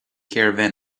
caravan